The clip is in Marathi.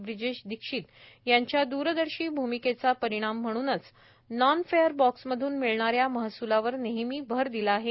ब्रिजेश दीक्षित यांच्या दूरदर्शी भूमिकेचा परिणाम म्हणूनच नॉन फेअर बॉक्स मधून मिळणाऱ्या महसूलवर नेहमी भर दिला आहे